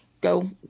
Go